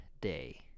day